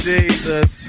Jesus